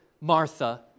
Martha